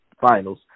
finals